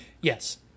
Yes